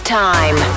time